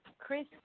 Chris